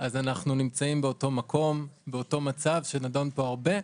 אנחנו נמצאים באותו מצב שנדון פה הרבה.